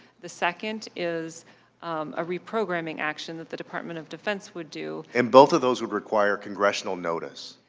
the second is a reprogramming action that the department of defense would do. and both of those would require congressional notice.